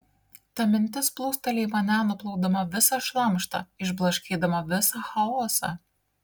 ta mintis plūsteli į mane nuplaudama visą šlamštą išblaškydama visą chaosą